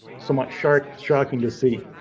so much sharks shocking to see.